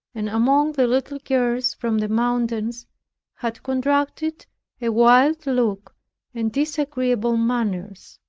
and among the little girls from the mountains had contracted a wild look and disagreeable manners.